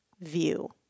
view